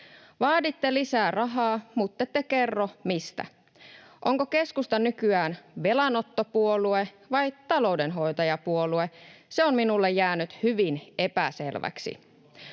Vaaditte lisää rahaa muttette kerro, mistä. Onko keskusta nykyään velanottopuolue vai taloudenhoitajapuolue, se on minulle jäänyt hyvin epäselväksi.